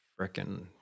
freaking